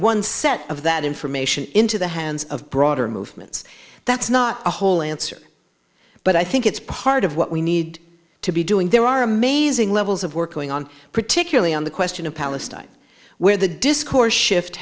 one set of that information into the hands of broader movements that's not the whole answer but i think it's part of what we need to be doing there are amazing levels of work going on particularly on the question of palestine where the discourse shift